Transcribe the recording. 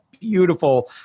beautiful